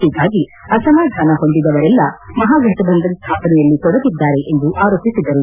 ಹೀಗಾಗಿ ಅಸಮಾಧಾನ ಹೊಂದಿದವರೆಲ್ಲಾ ಮಹಾಫಟಬಂಧನ್ ಸ್ಥಾಪನೆಯಲ್ಲಿ ತೊಡಗಿದ್ದಾರೆ ಎಂದು ಆರೋಪಿಸಿದರು